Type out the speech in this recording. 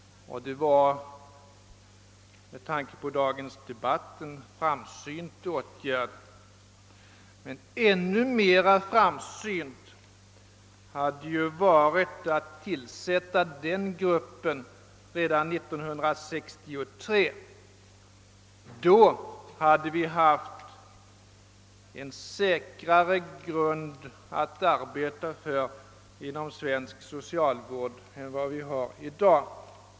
Det var — med tanke på dagens debatt — en framsynt åtgärd. Men ännu mer framsynt hade det ju varit att tillsätta kommittén redan 1963 — då hade vi haft en säkrare grund att arbeta på inom svensk socialvård än vad fallet är i dag.